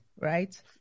right